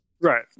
Right